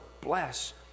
bless